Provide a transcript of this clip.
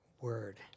word